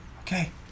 Okay